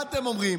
מה אתם אומרים,